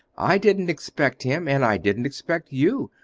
i didn't expect him, and i didn't expect you.